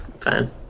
fine